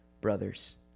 brothers